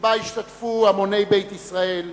שבה השתתפו המוני בית ישראל,